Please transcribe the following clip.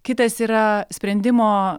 kitas yra sprendimo